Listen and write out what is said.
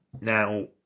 Now